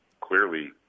clearly